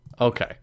Okay